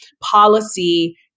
policy